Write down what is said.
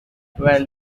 well